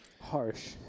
Harsh